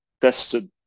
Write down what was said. tested